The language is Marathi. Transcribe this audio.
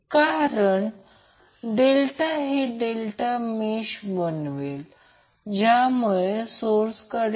आता म्हणून Van व्होल्टेज हे लाईन a आणि न्यूट्रल लाइन n मधील वोल्टेज आहे हे मी त्याच प्रकारे सांगितले